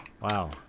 Wow